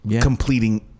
completing